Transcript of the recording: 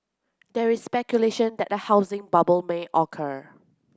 there is speculation that a housing bubble may occur